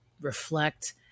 reflect